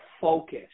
focus